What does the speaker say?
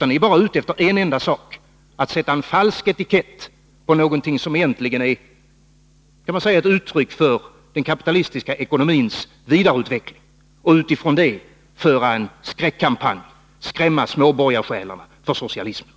Ni är bara ute efter en enda sak: att sätta falsk etikett på någonting som egentligen är vad man skulle kunna kalla ett uttryck för den kapitalistiska ekonomins vidareutveckling och utifrån det föra en skräckkampanj och skrämma småborgarsjälar för socialismen.